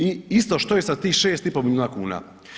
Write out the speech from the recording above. I isto što je sa tih 6,5 milijuna kuna.